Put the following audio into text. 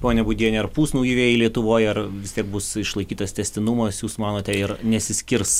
pone būdiene ar pūs nauji vėjai lietuvoj ar vis tiek bus išlaikytas tęstinumas jūs manote ir nesiskirs